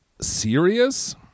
serious